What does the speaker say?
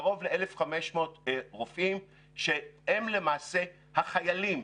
קרוב ל-1,500 רופאים שהם למעשה החיילים,